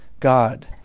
God